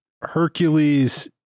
Hercules